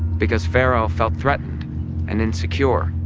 because pharaoh felt threatened and insecure.